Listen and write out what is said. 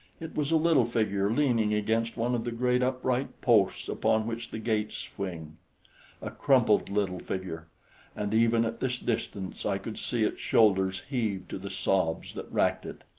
it was a little figure leaning against one of the great upright posts upon which the gates swing a crumpled little figure and even at this distance i could see its shoulders heave to the sobs that racked it.